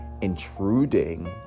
intruding